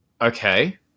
Okay